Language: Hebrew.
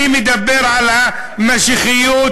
אני מדבר על המשיחיות,